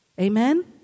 Amen